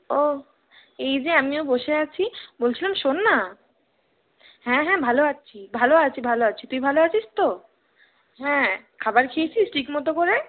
ও এই যে আমিও বসে আছি বলছিলাম শোন না হ্যাঁ হ্যাঁ ভালো আছি ভালো আছি ভালো আছি তুই ভালো আছিস তো হ্যাঁ খাবার খেয়েছিস ঠিক মতো করে